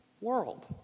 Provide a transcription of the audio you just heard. world